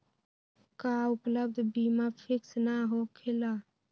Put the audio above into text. का उपलब्ध बीमा फिक्स न होकेला?